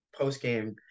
post-game